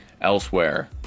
Elsewhere